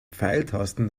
pfeiltasten